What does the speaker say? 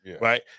Right